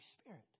Spirit